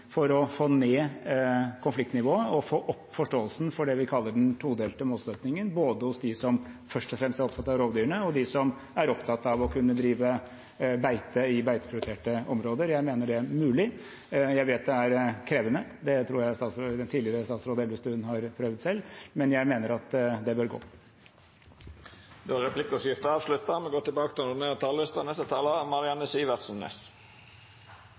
for å få ned konfliktnivået og få opp forståelsen for det vi kaller den todelte målsettingen, både hos dem som først og fremst er opptatt av rovdyrene, og hos dem som er opptatt av å kunne drive beite i beiteprioriterte områder. Jeg mener det er mulig. Jeg vet det er krevende – det tror jeg at tidligere statsråd Elvestuen har prøvd på selv – men jeg mener at det bør gå. Replikkordskiftet er avslutta.